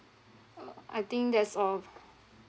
uh I think that's all